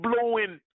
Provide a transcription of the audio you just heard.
blowing